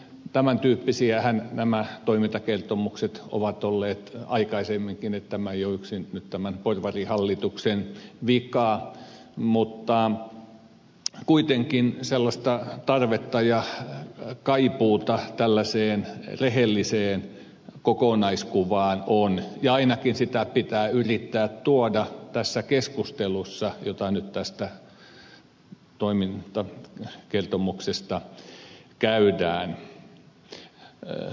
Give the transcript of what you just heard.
tämän tyyppisiähän nämä toimintakertomukset ovat olleet aikaisemminkin niin että tämä ei ole yksin nyt tämän porvarihallituksen vika mutta kuitenkin tarvetta ja kaipuuta tällaiseen rehelliseen kokonaiskuvaan on ja ainakin sitä pitää yrittää tuoda tässä keskustelussa jota nyt tästä toimintakertomuksesta käydään